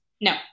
No